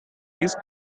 these